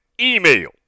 email